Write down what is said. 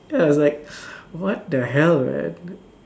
then I was like what the hell right